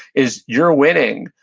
is you're winning,